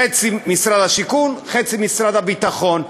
חצי משרד השיכון, חצי משרד הביטחון.